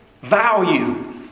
value